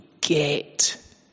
get